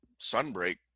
sunbreak